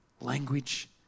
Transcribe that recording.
language